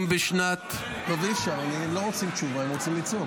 הוא לא עונה לשאילתות.